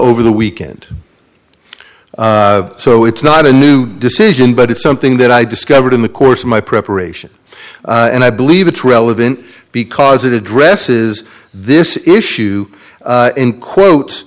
over the weekend so it's not a new decision but it's something that i discovered in the course of my preparation and i believe it's relevant because it addresses this issue in quotes